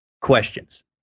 questions